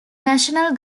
national